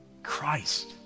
Christ